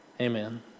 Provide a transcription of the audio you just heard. Amen